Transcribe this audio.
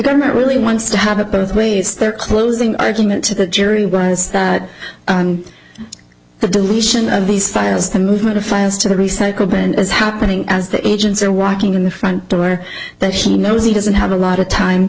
government really wants to have it both ways their closing argument to the jury was that the deletion of these files the movement of files to the recycle bin is happening as the agents are walking in the front door that she knows he doesn't have a lot of time